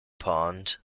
pond